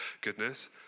goodness